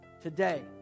today